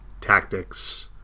tactics